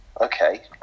okay